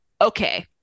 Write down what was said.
okay